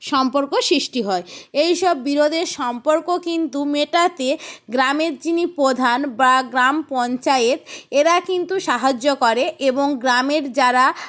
সম্পর্ক সৃষ্টি হয় এইসব বিরোধের সম্পর্ক কিন্তু মেটাতে গ্রামের যিনি প্রধান বা গ্রাম পঞ্চায়েত এরা কিন্তু সাহায্য করে এবং গ্রামের যারা